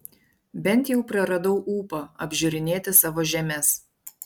bent jau praradau ūpą apžiūrinėti savo žemes